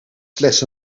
slechts